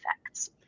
effects